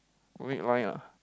red wine ah